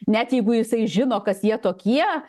net jeigu jisai žino kas jie tokie